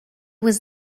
was